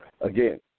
again